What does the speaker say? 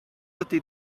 ydy